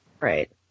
right